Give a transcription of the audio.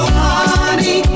honey